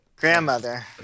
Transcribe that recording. grandmother